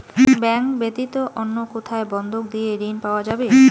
Bank ব্যাতীত অন্য কোথায় বন্ধক দিয়ে ঋন পাওয়া যাবে?